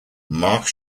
mark